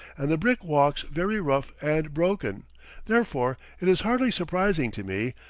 and the brick-walks very rough and broken therefore, it is hardly surprising to me,